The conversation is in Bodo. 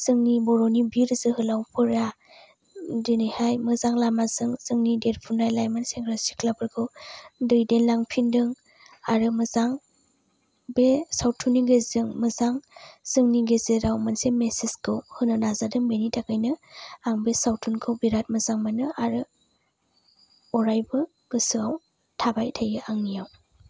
जोंनि बर'नि बिर जोहोलावफोरा दिनैहाय मोजां लामाजों जोंनि देरफुनाय लाइमोन सेंग्रा सिख्लाफोरखौ दैदेनलांफिनदों आरो मोजां बे सावथुननि गेजेरजों मोजां जोंनि गेजेराव मोनसे मेसेस खौ होनो नाजादों बेनि थाखायनो आं बे सावथुनखौ बिराथ मोजां मोनो आरो अरायबो गोसोआव थाबाय थायो आंनियाव